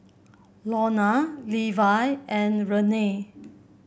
Lorna Levi and Renae